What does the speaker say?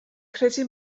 credu